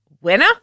Winner